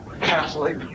Catholic